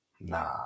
nah